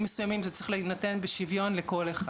מסוימים זה צריך להינתן בשיוויון לכל אחד.